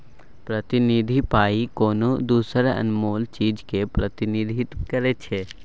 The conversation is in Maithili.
प्रतिनिधि पाइ कोनो दोसर अनमोल चीजक प्रतिनिधित्व करै छै